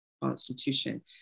constitution